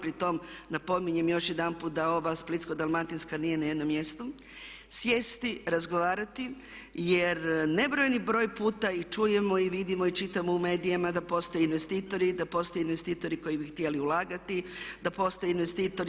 Pri tom napominjem još jedanput da ova Splitsko-dalmatinska nije na jednom mjestu sjesti, razgovarati jer nebrojeni broj puta i čujemo i vidimo i čitamo u medijima da postoje investitori, da postoje investitori koji bi htjeli ulagati, da postoje investitori.